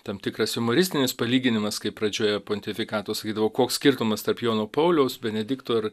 tam tikras jumoristinis palyginimas kaip pradžioje pontifikato sakydavo koks skirtumas tarp jono pauliaus benedikto ir